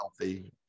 healthy